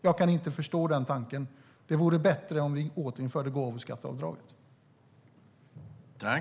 Jag kan inte förstå den tanken. Det vore bättre om vi återinförde gåvoskatteavdraget.